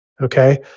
Okay